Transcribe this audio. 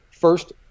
First